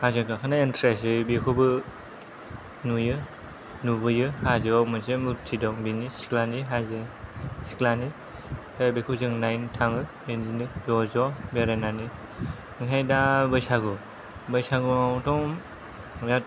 हाजो गाखोनाय एन्ट्रेस्टयै बेखौबो नुयो नुबोयो हायोआव मोनसे मुरथि दं बिनि सिख्लानि हाजोनि सिख्लानि दाबेखौ जों नायनो थाङो इदिनो ज'ज' बेरायनानै आमफ्रायदा बैसागु बैसागुआवथ' बेराद